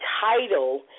title